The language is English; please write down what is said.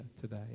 today